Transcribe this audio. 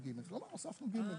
וביחד הוא יקבל 1,676 שקלים לחודש.